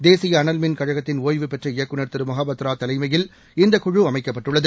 தேசிய அனவ்மின் கழகத்தின் ஒய்வுபெற்ற இயக்குநர் திரு மொகபத்ரா தலைமையில் இந்த குழு அமைக்கப்பட்டுள்ளது